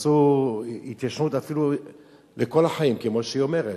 תעשו התיישנות, אפילו לכל החיים, כמו שהיא אומרת,